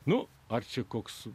nu ar čia koks